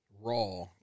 Raw